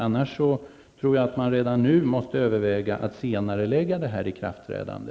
Annars tror jag att man redan nu måste överväga att senarelägga detta ikrafträdande.